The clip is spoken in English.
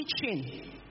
teaching